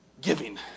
Giving